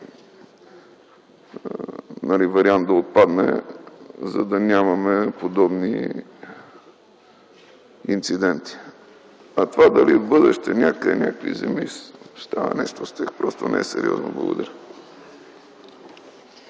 вариант да отпадне, за да нямаме подобни инциденти. А това дали в бъдеще някъде, с някакви земи, става нещо, просто не е сериозно. Благодаря.